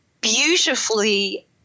beautifully